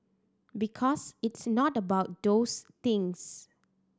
because it's not about those things